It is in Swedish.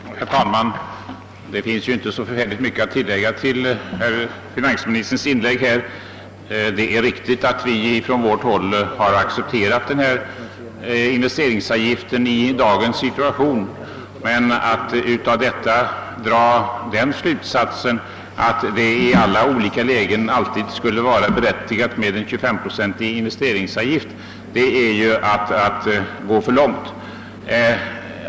Herr talman! Det finns inte så förfärligt mycket att tillägga till herr finansministerns inlägg här. Det är riktigt att vi från vårt håll har accepterat investeringsavgiften i dagens situation, men att av detta dra den slutsatsen, att det i alla olika lägen alltid skulle vara berättigat med en 25-procentig investeringsavgift är att gå för långt.